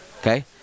okay